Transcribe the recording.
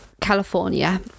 california